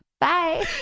bye